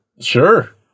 Sure